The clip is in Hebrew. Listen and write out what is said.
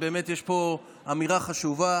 ובאמת יש פה אמירה חשובה